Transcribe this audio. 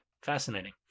Fascinating